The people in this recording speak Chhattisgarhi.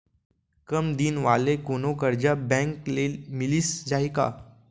कम दिन वाले कोनो करजा बैंक ले मिलिस जाही का?